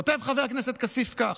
כותב חבר הכנסת כסיף כך: